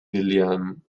william